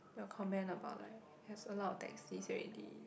they will comment about like has a lot of taxis already